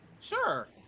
Sure